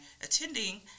attending